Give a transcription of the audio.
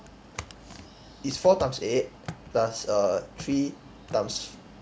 it's four times eight plus err three times